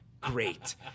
great